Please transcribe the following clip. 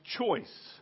choice